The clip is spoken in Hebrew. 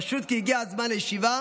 פשוט כי הגיע הזמן לישיבה,